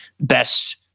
best